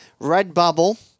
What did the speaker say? Redbubble